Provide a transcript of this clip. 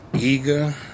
Eager